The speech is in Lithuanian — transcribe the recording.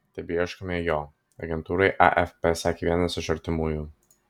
tebeieškome jo agentūrai afp sakė vienas iš artimųjų